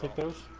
but those